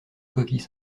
coquilles